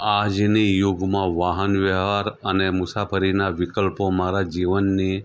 આજની યુગમાં વાહન વ્યવહાર અને મુસાફરીના વિકલ્પો મારા જીવનની